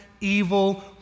evil